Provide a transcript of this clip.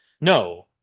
No